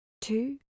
two